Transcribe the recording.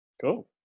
Cool